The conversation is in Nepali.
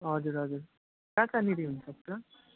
हजुर हजुर कहाँ कहाँनिर हुनु सक्छ